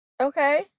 Okay